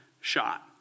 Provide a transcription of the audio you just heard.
shot